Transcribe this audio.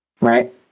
right